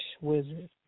wizard